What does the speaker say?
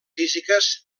físiques